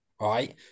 right